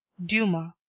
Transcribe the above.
dumas,